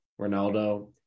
Ronaldo